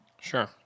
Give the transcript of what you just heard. Sure